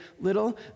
little